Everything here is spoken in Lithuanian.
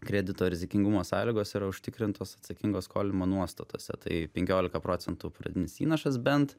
kredito rizikingumo sąlygos yra užtikrintos atsakingo skolinimo nuostatose tai penkiolika procentų pradinis įnašas bent